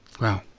Wow